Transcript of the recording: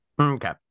Okay